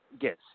Yes